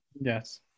Yes